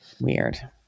Weird